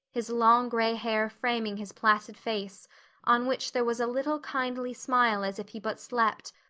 his long gray hair framing his placid face on which there was a little kindly smile as if he but slept,